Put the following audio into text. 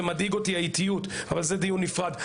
האיטיות מדאיגה אותי אבל זה דיון נפרד.